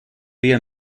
via